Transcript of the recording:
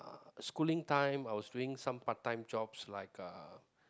uh schooling time I was doing some part time jobs like uh